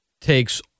takes